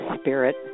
Spirit